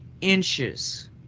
inches